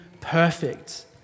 perfect